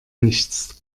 nichts